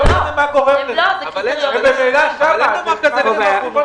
לדעתי זה לא יעבוד.